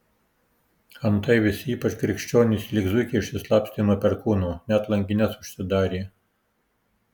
antai visi ypač krikščionys lyg zuikiai išsislapstė nuo perkūno net langines užsidarė